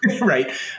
Right